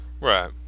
Right